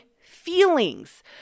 feelings